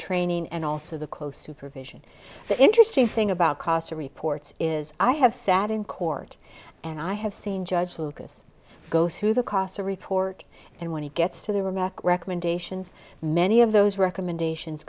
training and also the close supervision the interesting thing about casa reports is i have sat in court and i have seen judge lucas go through the casa report and when he gets to the recommendations many of those recommendations